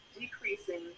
decreasing